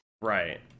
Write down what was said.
Right